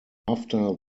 after